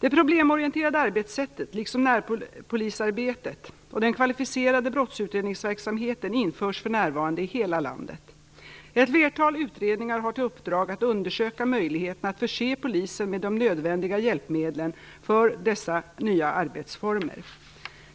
Det problemorienterade arbetssättet liksom närpolisarbetet och den kvalificerade brottsutredningsverksamheten införs för närvarande i hela landet. Ett flertal utredningar har till uppdrag att undersöka möjligheten att förse polisen med nödvändiga hjälpmedel för dessa nya arbetsformer.